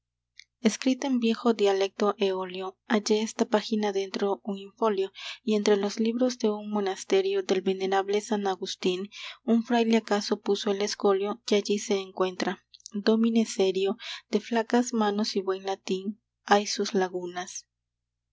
escrita en viejo dialecto eolio hallé esta página dentro un infolio y entre los libros de un monasterio del venerable san agustín un fraile acaso puso el escolio que allí se encuentra dómine serio de flacas manos y buen latín hay sus lagunas